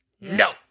no